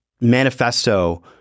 manifesto